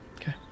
Okay